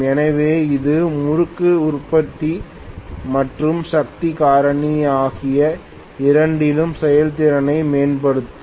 எனவே இது முறுக்கு உற்பத்தி மற்றும் சக்தி காரணி ஆகிய இரண்டிலும் செயல்திறனை மேம்படுத்தும்